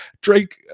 Drake